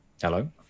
Hello